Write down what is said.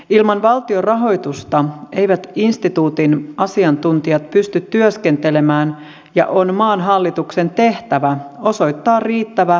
ilman valtion rahoitusta eivät instituutin asiantuntijat pysty työskentelemään ja on maan hallituksen tehtävä osoittaa riittävä pysyvä rahoitus luomuinstituutille